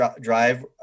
drive